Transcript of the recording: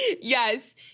Yes